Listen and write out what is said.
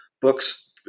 books